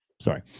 Sorry